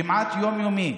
כמעט יום-יומי,